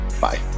Bye